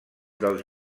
dels